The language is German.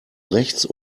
rechts